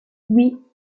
oui